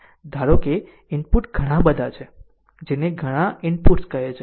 ધારો કે ઇનપુટ ઘણાં બધાં છે જેને ઘણા ઇનપુટ્સ કહે છે